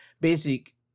basic